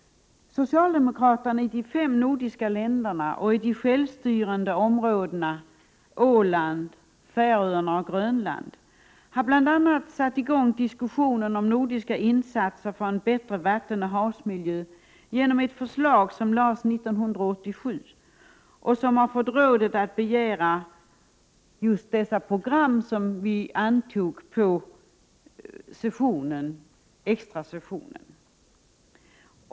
Socialdemokraterna i de fem nordiska länderna och i de självstyrande områdena Åland, Färöarna och Grönland har bl.a. satt i gång diskussionen om nordiska insatser för en bättre vattenoch havsmiljö genom ett förslag som lades fram 1987 och som har fått rådet att begära just de program som vi antog på extrasessionen.